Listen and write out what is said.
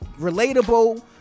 relatable